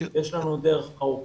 יש לנו עוד דרך ארוכה.